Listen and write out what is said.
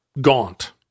gaunt